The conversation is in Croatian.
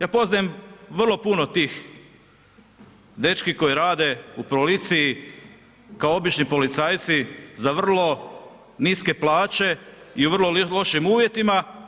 Ja poznajem vrlo puno tih dečki koji rade u policiji kao obični policajci za vrlo niske plaće u vrlo lošim uvjetima.